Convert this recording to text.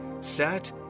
sat